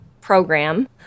program